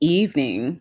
evening